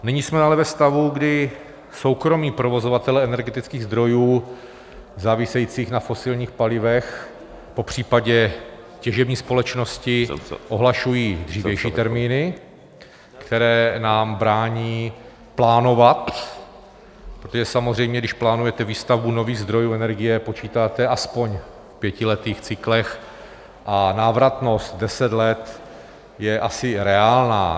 Nyní jsme ale ve stavu, kdy soukromí provozovatelé energetických zdrojů závisejících na fosilních palivech, popřípadě těžební společnosti, ohlašují dřívější termíny, které nám brání plánovat, protože samozřejmě když plánujete výstavbu nových zdrojů energie, počítáte alespoň v pětiletých cyklech a návratnost deset let je asi reálná.